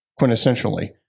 Quintessentially